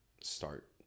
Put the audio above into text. start